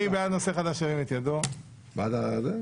הצבעה בעד,